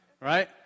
right